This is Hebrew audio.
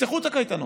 תפתחו את הקייטנות.